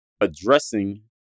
addressing